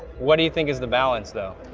what do you think is the balance though?